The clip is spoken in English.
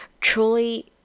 truly